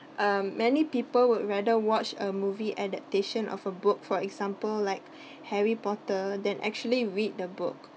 um many people would rather watch a movie adaptation of a book for example like harry potter than actually read the book